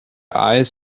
eyes